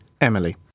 emily